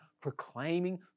proclaiming